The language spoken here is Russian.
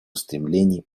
устремлений